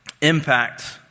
Impact